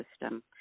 system